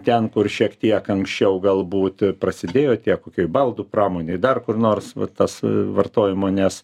ten kur šiek tiek anksčiau galbūt prasidėjo tie kokioj baldų pramonėj dar kur nors va tas vartojimo nes